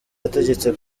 yategetse